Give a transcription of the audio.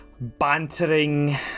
bantering